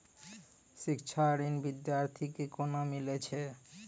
शिक्षा ऋण बिद्यार्थी के कोना मिलै छै?